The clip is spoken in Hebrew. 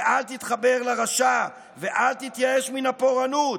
ואל תתחבר לרשע ואל תתייאש מן הפורענות".